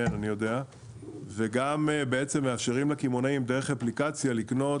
אנחנו גם מאפשרים לקמעונאים שימוש באפליקציה על מנת